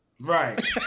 right